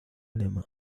alemán